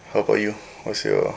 how about you what's your